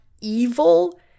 evil